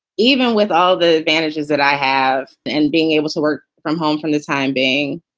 even with all the advantages that i have and being able to work from home from the time being,